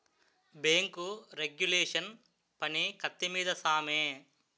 bank regulation పని కత్తి మీద సామే